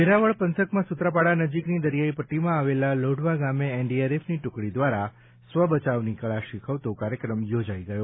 વેરાવળ પંથકમાં સુત્રાપાડા નજીકની દરિયાઈ પટ્ટીમાં આવેલા લોઢવા ગામે એનડીઆરએફની ટૂકડી દ્વારા સ્વબચાવની કળા શીખવતો કાર્યક્રમ યોજાઈ ગયો